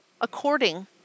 according